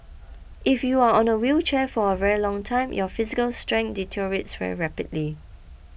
if you are on a wheelchair for a very long time your physical strength deteriorates very rapidly